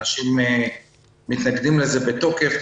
אנשים מתנגדים לזה בתוקף,